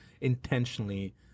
intentionally